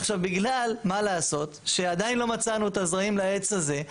מה לעשות שעדיין לא מצאנו את הזרעים לעץ הזה.